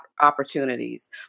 opportunities